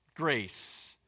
Grace